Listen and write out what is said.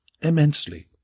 immensely